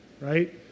right